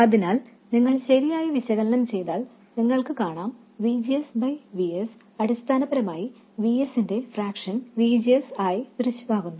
അതിനാൽ നിങ്ങൾ ശരിയായി വിശകലനം ചെയ്താൽ നിങ്ങൾക്ക് കാണാം VGS Vs അടിസ്ഥാനപരമായി V s ന്റെ ഫ്രാക്ഷൻ V G S ആയി ദൃശ്യമാകുന്നു